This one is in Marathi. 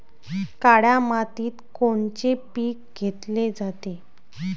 काळ्या मातीत कोनचे पिकं घेतले जाते?